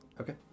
Okay